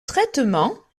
traitement